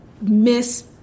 miss